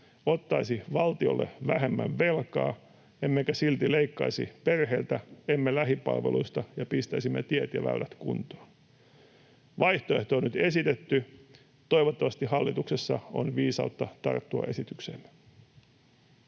ottaisi valtiolle vähemmän velkaa, emmekä silti leikkaisi perheiltä emmekä lähipalveluista ja pistäisimme tiet ja väylät kuntoon. Vaihtoehto on nyt esitetty. Toivottavasti hallituksessa on viisautta tarttua esitykseemme.